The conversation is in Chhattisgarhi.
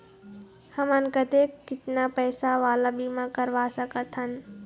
हमन कतेक कितना पैसा वाला बीमा करवा सकथन?